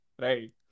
Right